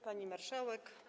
Pani Marszałek!